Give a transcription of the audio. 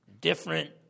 different